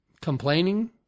complaining